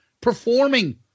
performing